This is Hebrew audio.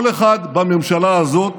כל אחד בממשלה הזאת